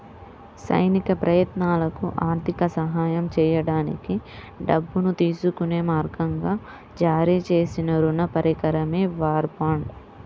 సైనిక ప్రయత్నాలకు ఆర్థిక సహాయం చేయడానికి డబ్బును తీసుకునే మార్గంగా జారీ చేసిన రుణ పరికరమే వార్ బాండ్